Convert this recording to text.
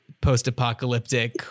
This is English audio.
post-apocalyptic